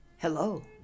Hello